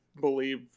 believe